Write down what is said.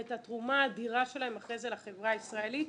ואת התרומה האדירה שלהם אחר כך לחברה הישראלית.